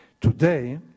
Today